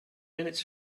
minutes